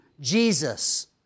Jesus